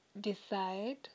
decide